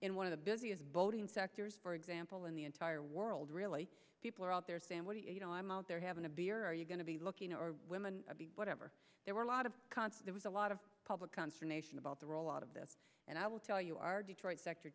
in one of the busiest voting sectors for example in the entire world really people are out there sam what do you know i'm out there having a beer are you going to be looking or women whatever there were a lot of const there was a lot of public consternation about the rollout of this and i will tell you our detroit sector